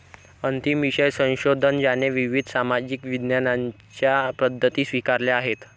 अंतिम विषय संशोधन ज्याने विविध सामाजिक विज्ञानांच्या पद्धती स्वीकारल्या आहेत